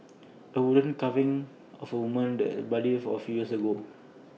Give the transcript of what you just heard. A wooden carving of A woman that Bali A few years ago